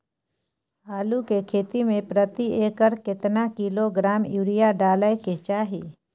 आलू के खेती में प्रति एकर केतना किलोग्राम यूरिया डालय के चाही?